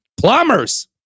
Plumbers